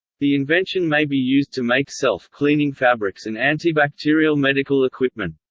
the invention may be used to make self-cleaning fabrics and antibacterial medical equipment.